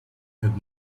had